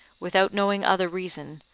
without knowing other reason,